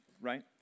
right